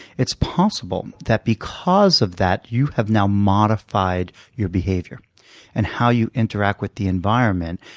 it's possible that because of that, you have now modified your behavior and how you interact with the environment,